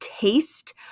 taste